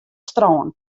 strân